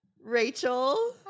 Rachel